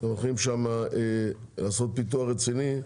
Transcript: אתם הולכים לעשות שם פיתוח רציני,